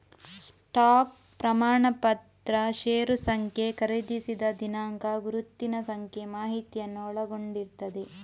stock ಪ್ರಮಾಣಪತ್ರ ಷೇರು ಸಂಖ್ಯೆ, ಖರೀದಿಸಿದ ದಿನಾಂಕ, ಗುರುತಿನ ಸಂಖ್ಯೆ ಮಾಹಿತಿಯನ್ನ ಒಳಗೊಂಡಿರ್ತದೆ